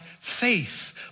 faith